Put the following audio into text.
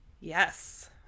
Yes